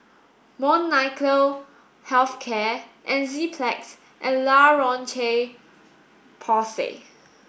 Molnylcke health care Enzyplex and La Roche Porsay